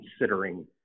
considering